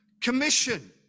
commission